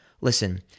Listen